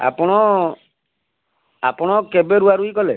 ଆପଣ ଆପଣ କେବେ ରୁଆରୁଇ କଲେ